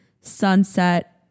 sunset